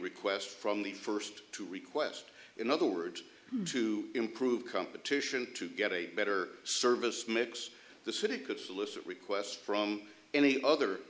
request from the first to request in other words to improve competition to get a better service mix the city could solicit requests from any other